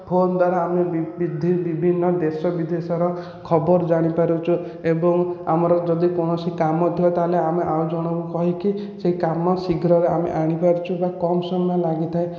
phone ଦ୍ୱାରା ଆମେ ବିଭିନ୍ନ ଦେଶ ବିଦେଶର ଖବର ଜାଣିପାରୁଛୁ ଏବଂ ଆମର ଯଦି କୌଣସି କାମ ଥିବ ତା'ହେଲେ ଆମେ ଆଉ ଜଣଙ୍କୁ କହିକି ସେଇ କାମ ଶୀଘ୍ରରେ ଆମେ ଆଣିପାରୁଛୁ ବା କମ୍ ସମୟ ଲାଗିଥାଏ